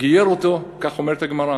גייר אותו, כך אומרת הגמרא,